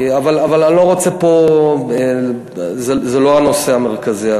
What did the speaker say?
אבל אני לא רוצה פה, זה לא הנושא המרכזי.